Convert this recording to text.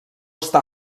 està